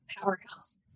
powerhouse